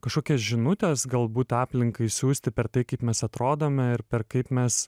kažkokias žinutes galbūt aplinkai siųsti per tai kaip mes atrodome ir per kaip mes